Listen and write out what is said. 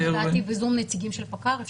נתקלתי בזום עם נציגים של פיקוד העורף,